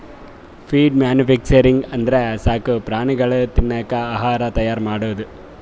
feed manufacturing ಅಂದ್ರ ಸಾಕು ಪ್ರಾಣಿಗಳಿಗ್ ತಿನ್ನಕ್ ಆಹಾರ್ ತೈಯಾರ್ ಮಾಡದು